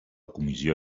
comissió